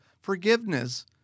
forgiveness